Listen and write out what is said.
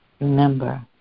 remember